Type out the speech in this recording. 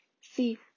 See